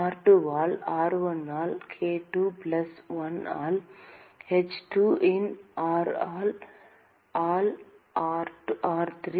r2 ஆல் r1 ஆல் கே2 பிளஸ் 1 ஆல் எச்2 இன் ஆர்1 ஆல் ஆர்3